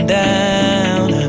down